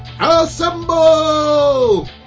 Assemble